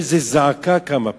איזו זעקה קמה פה.